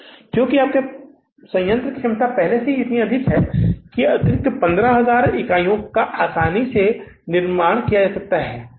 इसलिए क्योंकि संयंत्र की क्षमता पहले से ही इतनी अधिक है कि अतिरिक्त 15000 इकाइयों को आसानी से सही तरीके से निर्मित किया जा सकता है